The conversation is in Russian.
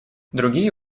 другие